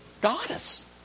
goddess